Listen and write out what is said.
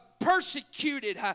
persecuted